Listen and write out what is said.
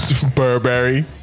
Burberry